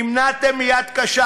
נמנעתם מיד קשה,